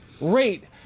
rate